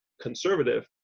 conservative